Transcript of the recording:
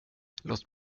låt